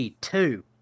two